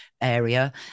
area